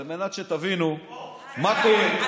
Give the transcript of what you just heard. על מנת שתבינו מה קורה.